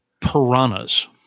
Piranhas